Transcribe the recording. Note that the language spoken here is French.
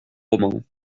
roman